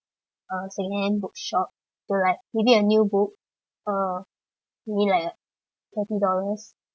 a second-hand bookshop to like maybe a new book uh maybe like thirty dollars